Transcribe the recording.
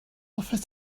hoffet